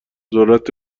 ذرت